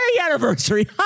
anniversary